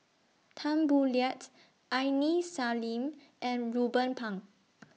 Tan Boo Liat Aini Salim and Ruben Pang